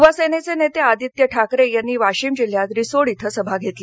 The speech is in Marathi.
युवा सेनेचे नेते आदित्य ठाकरे यांनी वाशिम जिल्ह्यात रिसोड इथं सभा घेतली